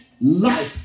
light